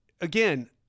again